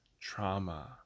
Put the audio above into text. trauma